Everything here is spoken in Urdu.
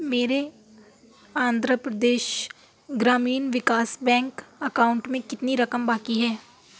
میرے آندھرا پردیش گرامین وکاس بینک اکاؤنٹ میں کتنی رقم باقی ہے